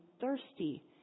thirsty